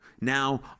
Now